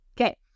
Okay